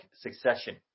succession